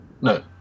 no